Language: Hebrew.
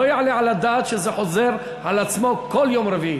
לא יעלה על הדעת שזה חוזר כל יום רביעי.